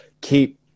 keep